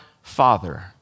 father